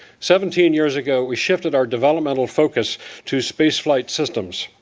seventeen years ago we shifted our developmental focus to space flight systems.